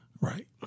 right